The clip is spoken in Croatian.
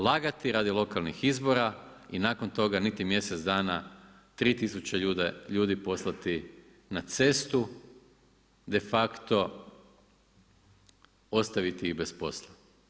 Lagati radi lokalnih izbora i nakon toga niti mjesec dana tri tisuće ljudi poslati na cestu de facto ostaviti ih bez posla.